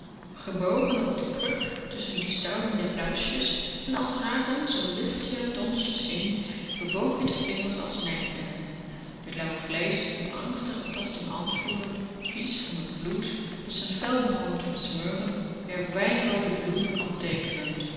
gebogen op de kruk tusschen de stuiving der pluisjes en als haren zoo lichte donsjes in bewoog ie de vingers als nijptangen t lauwe vleesch met angstige tasting aanvoelend vies van t bloed dat z'n vel begon te besmeuren r wijnroode bloemen op